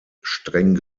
streng